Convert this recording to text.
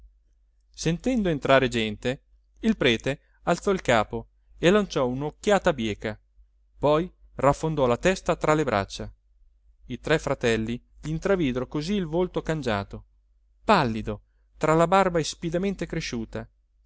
sentendo entrare gente il prete alzò il capo e lanciò una occhiata bieca poi raffondò la testa tra le braccia i tre fratelli gl'intravidero così il volto cangiato pallido tra la barba ispidamente cresciuta